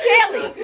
Kelly